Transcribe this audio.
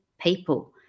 people